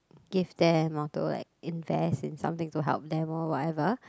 give them or to like invest in something to help them or whatever